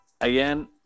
again